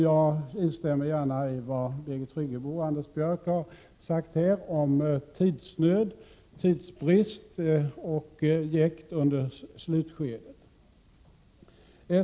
Jag instämmer gärna i vad Birgit Friggebo och Anders Björck här har sagt om tidsnöd, tidsbrist och jäkt under slutskedet.